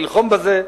ללחום בזה,